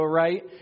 right